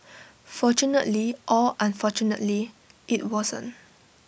fortunately or unfortunately IT wasn't